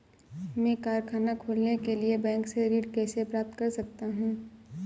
मैं कारखाना खोलने के लिए बैंक से ऋण कैसे प्राप्त कर सकता हूँ?